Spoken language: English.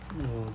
mm